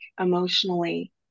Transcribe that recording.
emotionally